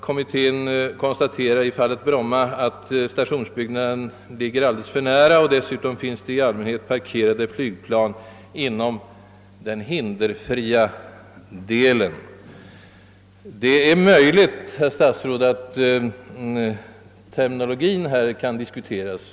Kommittén konstaterar i fallet Bromma att stationsbyggnaden ligger alldeles för nära och att det dessutom i allmänhet finns parkerade flygplan inom den »hinderfria» delen. Det är möjligt, herr statsråd, att terminologin kan diskuteras.